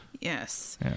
Yes